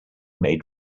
made